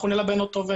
אנחנו נלבן אותו.